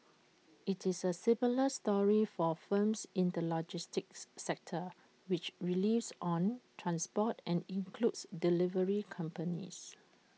IT is A similar story for firms in the logistics sector which relies on transport and includes delivery companies